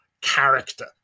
character